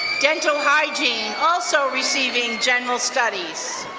dental hygiene, also receiving general studies.